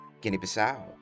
Guinea-Bissau